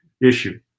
issue